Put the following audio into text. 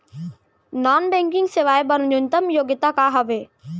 Non banking सेवाएं बर न्यूनतम योग्यता का हावे?